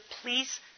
please